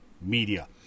media